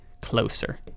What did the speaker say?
closer